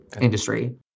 industry